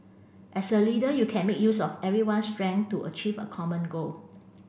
as a leader you can make use of everyone's strength to achieve a common goal